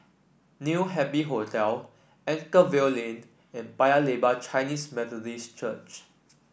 New Happy Hotel Anchorvale Lane and Paya Lebar Chinese Methodist Church